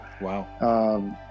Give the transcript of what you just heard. Wow